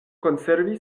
konservi